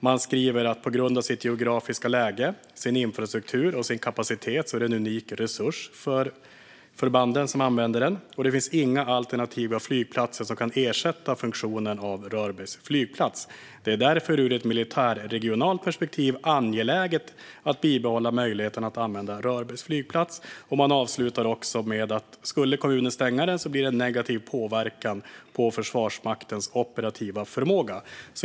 Man skriver att flygplatsen på grund av sitt geografiska läge, sin infrastruktur och sin kapacitet är en unik resurs för de förband som använder den. Det finns inga alternativa flygplatser som kan ersätta Rörbergs flygplats funktion. Det är därför ur ett militärregionalt perspektiv angeläget att bibehålla möjligheten att använda Rörbergs flygplats. Försvarsmakten avslutar med att konstatera att om kommunen skulle stänga flygplatsen blir det en negativ påverkan på Försvarsmaktens operativa förmåga.